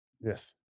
Yes